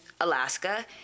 Alaska